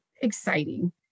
exciting